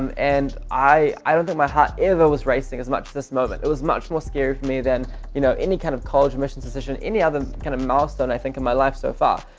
and i don't think my heart ever was racing as much as this moment. it was much more scary for me than you know any kind of college admissions decision, any other kind of milestone i think in my life so far,